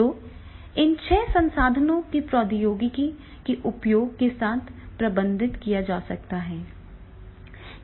तो इन छह संसाधनों को प्रौद्योगिकी के उपयोग के साथ प्रबंधित किया जा सकता है